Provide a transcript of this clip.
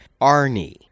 Arnie